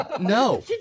No